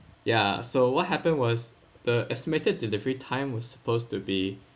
ya so what happened was the estimated delivery time was supposed to be